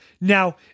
Now